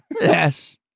yes